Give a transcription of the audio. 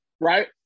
Right